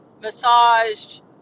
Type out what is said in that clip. massaged